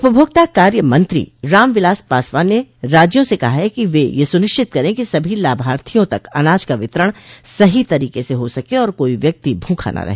उपभोक्ता कार्य मंत्री रामविलास पासवान ने राज्यों से कहा है कि वे यह सुनिश्चित करें कि सभी लाभार्थियों तक अनाज का वितरण सही तरीके से हो सके और कोई व्यक्ति भूखा न रहे